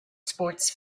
sports